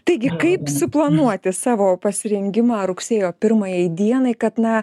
taigi kaip suplanuoti savo pasirengimą rugsėjo pirmajai dienai kad na